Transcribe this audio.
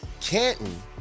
Canton